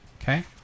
okay